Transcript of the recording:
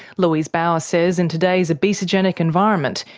louise baur says in today's obesogenic environment,